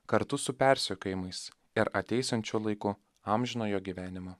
kartu su persekiojimais ir ateisiančiu laiku amžinojo gyvenimo